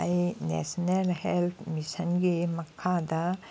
ꯑꯩ national health ꯃꯤꯁꯟꯒꯤ ꯃꯈꯥꯗ